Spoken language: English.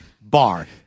bar